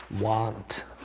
want